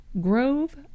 Grove